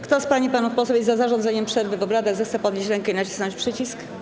Kto z pań i panów posłów jest za zarządzeniem przerwy w obradach, zechce podnieść rękę i nacisnąć przycisk.